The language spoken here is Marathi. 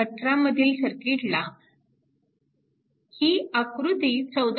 18 मधील सर्किटला ही आकृती 14